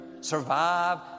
survive